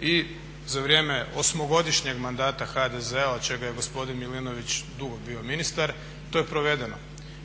i za vrijeme osmogodišnjeg mandata HDZ-a od čega je gospodin Milinović dugo bio ministar to je provedeno